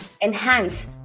enhance